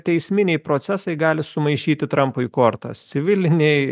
teisminiai procesai gali sumaišyti trampui kortas civiliniai